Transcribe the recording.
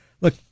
look